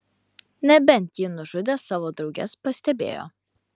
nebent ji nužudė savo drauges pastebėjo